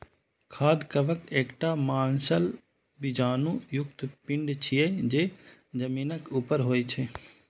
खाद्य कवक एकटा मांसल बीजाणु युक्त पिंड छियै, जे जमीनक ऊपर होइ छै